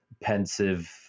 pensive